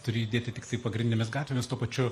turi judėti tik tai pagrindinėmis gatvėmis tuo pačiu